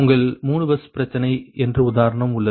உங்கள் 3 பஸ் பிரச்சனை என்று உதாரணம் உள்ளது